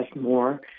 more